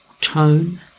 tone